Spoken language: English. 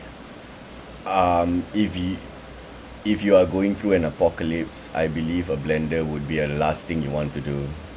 um if y~ if you are going through an apocalypse I believe a blender would be a last thing you want to do